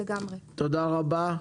תודה רבה.